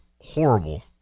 horrible